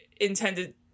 intended